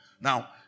Now